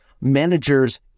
managers